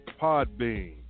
Podbean